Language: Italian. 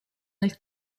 del